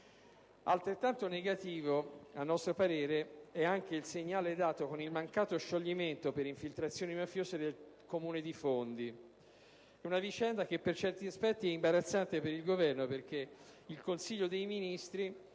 altrettanto negativo il segnale dato con il mancato scioglimento per infiltrazioni mafiose del Comune di Fondi: si tratta di una vicenda per certi aspetti imbarazzante per il Governo, perché il Consiglio dei ministri